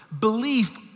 Belief